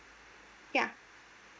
ya